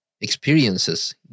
experiences